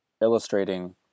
illustrating